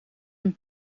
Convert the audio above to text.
een